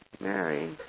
Mary